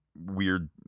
weird